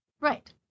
Right